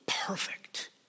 perfect